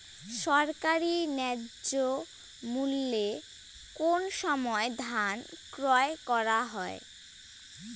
সরকারি ন্যায্য মূল্যে কোন সময় ধান ক্রয় করা হয়?